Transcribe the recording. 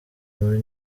muri